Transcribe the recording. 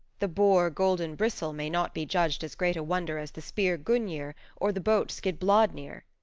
the boar golden bristle may not be judged as great a wonder as the spear gungnir or the boat skidbladnir.